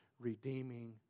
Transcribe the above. redeeming